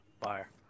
Fire